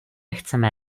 chceme